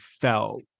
felt